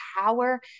power